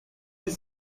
dix